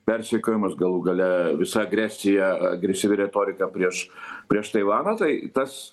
persekiojamas galų gale visa agresija agresyvi retorika prieš prieš taivaną tai tas